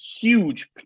huge